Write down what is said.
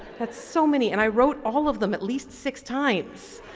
that's so many an i wrote all of them at least six times.